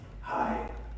hi